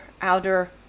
outer